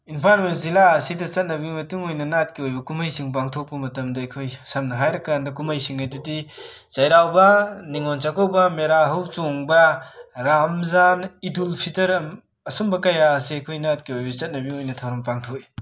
Imphal West ꯖꯤꯂꯥ ꯑꯁꯤꯗ ꯆꯠꯅꯕꯤ ꯃꯇꯨꯡ ꯏꯟꯅ ꯅꯥꯠꯀꯤ ꯑꯣꯏꯕ ꯀꯨꯝꯃꯩꯁꯤꯡ ꯄꯥꯡꯊꯣꯛꯄ ꯃꯇꯝꯗ ꯑꯩꯈꯣꯏ ꯁꯝꯅ ꯍꯥꯏꯔꯀꯥꯟꯗ ꯀꯨꯝꯃꯩꯁꯤꯡ ꯑꯗꯨꯗꯤ ꯆꯦꯔꯥꯎꯕꯥ ꯅꯤꯉꯣꯟ ꯆꯥꯀꯧꯕ ꯃꯦꯔꯥ ꯍꯧꯆꯣꯡꯕꯥ ꯔꯥꯝꯖꯥꯟ ꯏꯗꯨ ꯐꯇꯔꯝ ꯑꯁꯨꯝꯕ ꯀꯌꯥ ꯑꯁꯤ ꯑꯩꯈꯣꯏꯅꯥ ꯆꯠꯅꯕꯤ ꯑꯣꯏ ꯊꯧꯔꯝ ꯄꯥꯡꯊꯣꯏ